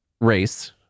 race